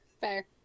fair